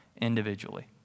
individually